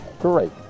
great